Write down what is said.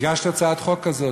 הגשתי הצעת חוק כזאת.